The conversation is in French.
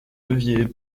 levier